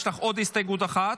יש לך עוד הסתייגות אחת,